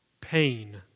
pain